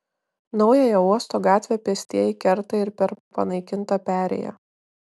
naująją uosto gatvę pėstieji kerta ir per panaikintą perėją